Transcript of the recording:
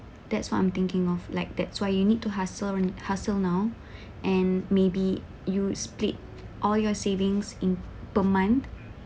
that's what I'm thinking of like that's why you need to hustle hustle now and maybe you split all your savings in per month